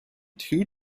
two